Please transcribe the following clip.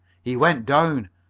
he went down,